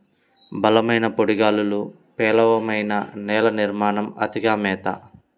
బలమైన పొడి గాలులు, పేలవమైన నేల నిర్మాణం, అతిగా మేత